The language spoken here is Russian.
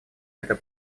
это